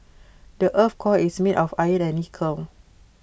the Earth's core is made of iron and nickel